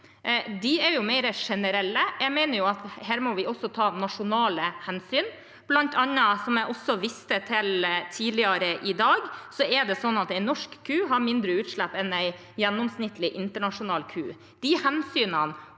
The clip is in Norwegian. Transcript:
De er mer generelle. Jeg mener at her må vi også ta nasjonale hensyn. Blant annet, som jeg også viste til tidligere i dag, er det sånn at en norsk ku har mindre utslipp enn en gjennomsnittlig internasjonal ku.